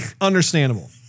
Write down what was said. Understandable